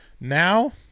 Now